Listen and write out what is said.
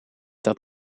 dat